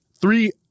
three